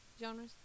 genres